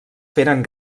feren